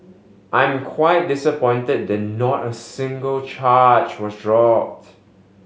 I'm quite disappointed that not a single charge was dropped